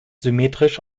symmetrisch